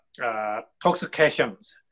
toxications